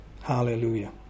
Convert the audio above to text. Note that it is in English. Hallelujah